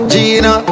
Gina